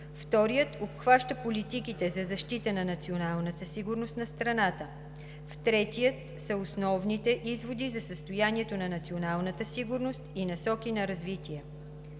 вторият обхваща политиките за защита на националната сигурност на страната; в третия са основните изводи за състоянието на националната сигурност и насоки на развитие.